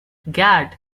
gad